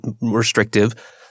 restrictive